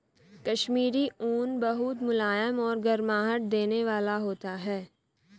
कश्मीरी ऊन बहुत मुलायम और गर्माहट देने वाला होता है